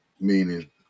meaning